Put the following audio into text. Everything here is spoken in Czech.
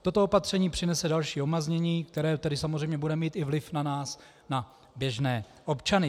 Toto opatření přinese další omezení, které tady samozřejmě bude mít vliv i na nás, na běžné občany.